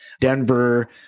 Denver